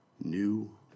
New